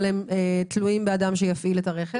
אבל הם תלויים באדם שיפעיל את הרכב.